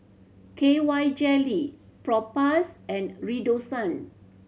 K Y Jelly Propass and Redoxon